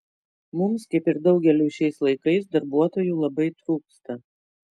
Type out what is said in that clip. mums kaip ir daugeliui šiais laikais darbuotojų labai trūksta